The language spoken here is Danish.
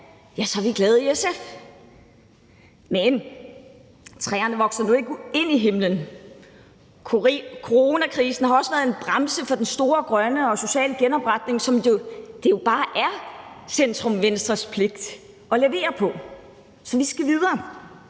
ja, så er vi i SF glade. Men træerne vokser nu ikke ind i himlen, og coronakrisen har også været en bremse for den store grønne og sociale genopretning, som det jo bare er centrum-venstres pligt at levere på. Så vi skal videre.